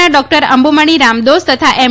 ના ડોક્ટર અંબુમણી રામદોસ તથા એમ